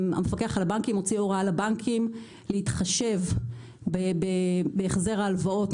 המפקח על הבנקים הוציא הוראה לבנקים להתחשב בהחזר ההלוואות